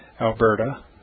Alberta